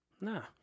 Nah